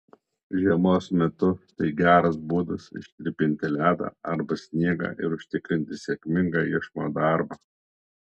žiemos metu tai geras būdas ištirpinti ledą arba sniegą ir užtikrinti sėkmingą iešmo darbą